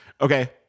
Okay